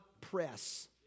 press